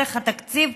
דרך התקציב,